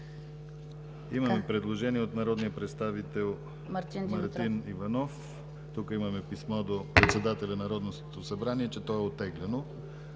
Имаме предложение от народния представител Мартин Иванов. Тук имаме писмо до председателя на Народното събрание, че то е оттеглено.